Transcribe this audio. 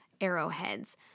arrowheads